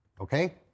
Okay